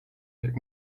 jak